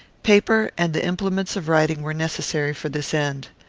paper and the implements of writing were necessary for this end.